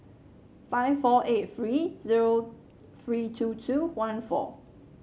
five four eight three zero three two two one four